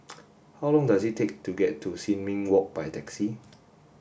how long does it take to get to Sin Ming Walk by taxi